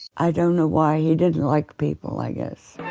i don't know why, he didn't like people, i guess.